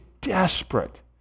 desperate